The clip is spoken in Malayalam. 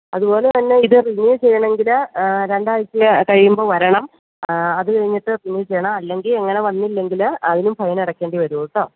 അതുപോലെ തന്നെ ഇത് റിന്യൂ ചെയ്യണമെങ്കിൽ രണ്ടാഴ്ച്ച കഴിയുമ്പം വരണം അത് കഴിഞ്ഞിട്ട് പിന്നെ ചെയ്യണം അല്ലെങ്കിൽ ഇങ്ങനെ വന്നില്ലെങ്കിൽ അതിനും ഫൈൻ അടക്കേണ്ടി വരും കേട്ടോ